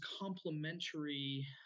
complementary